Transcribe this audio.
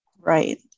Right